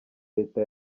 leta